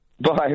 Bye